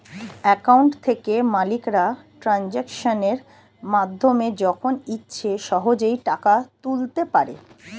account থেকে মালিকরা ট্রানজাকশনের মাধ্যমে যখন ইচ্ছে সহজেই টাকা তুলতে পারে